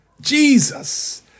Jesus